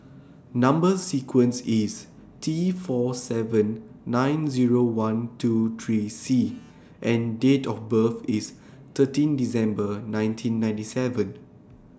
Number sequence IS T four seven nine Zero one two three C and Date of birth IS thirteen December nineteen ninety seven